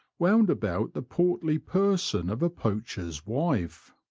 wound about the portly person of a poacher's wife.